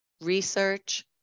research